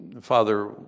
Father